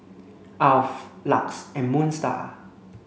Alf LUX and Moon Star